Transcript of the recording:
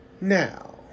Now